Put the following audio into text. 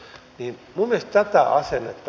mikä tämä on tämä idea